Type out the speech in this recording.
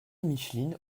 micheline